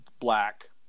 black